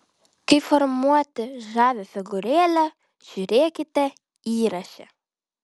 kaip formuoti žavią figūrėlę žiūrėkite įraše